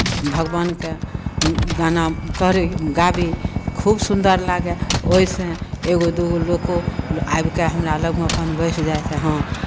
भगवानके गाना करय गाबी खूब सुन्दर लागय ओहिसँ एगो दूगो लोको आबि कऽ हमरा लगमे अपन बैस जाथि जे हँ